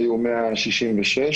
היו 166,